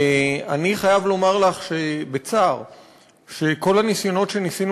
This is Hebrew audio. אני חייב לומר לך בצער שכל הניסיונות שניסינו